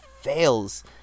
fails